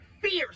fierce